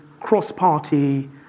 cross-party